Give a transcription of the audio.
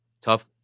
Tough